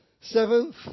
seventh